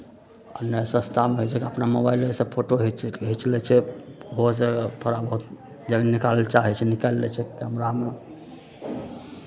आ नहि सस्तामे होइ छै अपना मोबाइलेसँ फोटो घीच घीच लै छै ओहोसँ थोड़ा बहुत जखनि निकालय लेल चाहै छै निकालि लै छै कैमरामे